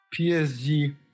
PSG